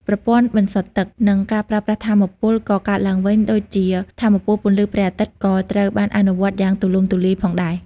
ប្រព័ន្ធបន្សុទ្ធទឹក និងការប្រើប្រាស់ថាមពលកកើតឡើងវិញដូចជាថាមពលពន្លឺព្រះអាទិត្យក៏ត្រូវបានអនុវត្តយ៉ាងទូលំទូលាយផងដែរ។